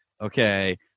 okay